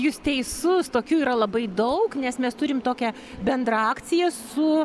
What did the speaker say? jūs teisus tokių yra labai daug nes mes turim tokią bendrą akciją su